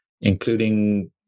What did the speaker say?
including